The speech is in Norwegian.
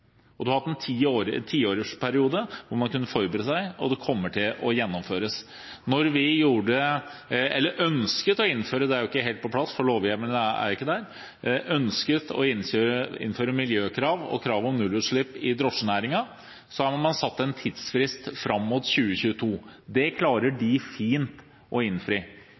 2010. Man har hatt en tiårsperiode hvor man kunne forberede seg, og det kommer til å bli gjennomført. Det er ikke helt på plass, for lovhjemlene er ikke der. Vi ønsket å innføre miljøkrav og krav om nullutslipp i drosjenæringen – man satte en tidsfrist fram mot 2022. Det klarer de fint å innfri.